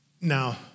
Now